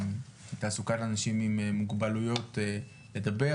תעסוקת אנשים עם מוגבלויות לדבר.